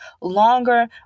longer